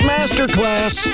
Masterclass